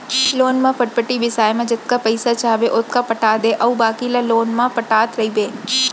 loan म फटफटी बिसाए म जतका पइसा चाहबे ओतका पटा दे अउ बाकी ल लोन म पटात रइबे